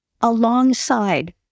alongside